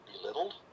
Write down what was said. belittled